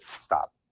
stop